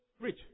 rich